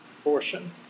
abortion